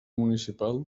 municipal